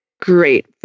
Great